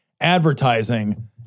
advertising